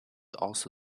also